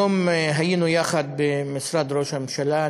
היום היינו יחד במשרד ראש הממשלה,